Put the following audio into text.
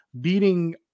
beating